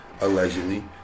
allegedly